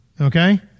okay